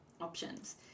options